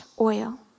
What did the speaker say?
oil